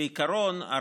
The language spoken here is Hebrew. כעיקרון,